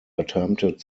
attempted